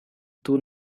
two